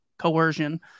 coercion